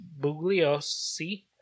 Bugliosi